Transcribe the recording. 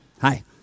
Hi